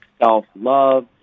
self-love